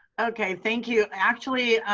okay, thank you. actually,